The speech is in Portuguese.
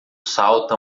salta